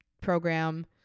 program